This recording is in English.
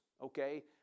Okay